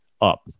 up